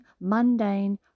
mundane